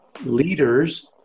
leaders